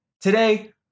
today